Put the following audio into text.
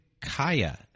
Kaya